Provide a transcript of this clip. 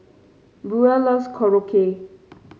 Buell loves Korokke